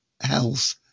health